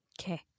Okay